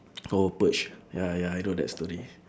oh purge ya ya I know that story